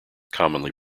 commonly